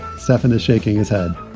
stefan is shaking his head.